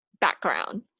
background